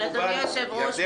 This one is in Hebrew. אדוני היושב-ראש,